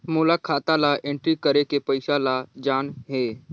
मोला खाता ला एंट्री करेके पइसा ला जान हे?